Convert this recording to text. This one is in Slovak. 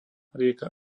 rieka